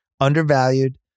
undervalued